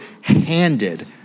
handed